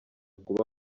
kuba